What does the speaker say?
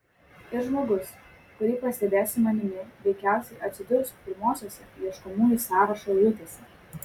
ir žmogus kurį pastebės su manimi veikiausiai atsidurs pirmosiose ieškomųjų sąrašo eilutėse